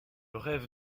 rêve